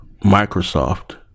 Microsoft